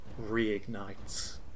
reignites